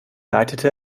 leitete